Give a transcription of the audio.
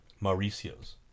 Mauricio's